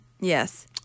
Yes